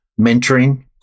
mentoring